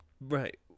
Right